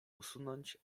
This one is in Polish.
usunąć